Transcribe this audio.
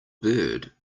bird